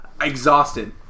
exhausted